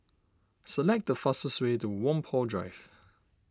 select the fastest way to Whampoa Drive